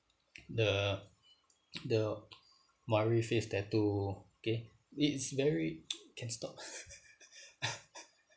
the the maori face tattoo okay it is very can stop